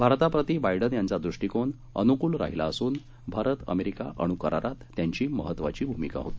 भारताप्रति Biden यांचा दृष्टीकोन अनुकूल राहिला असून भारत अमेरिका अणु करारात त्यांची महत्त्वाची भूमिका होती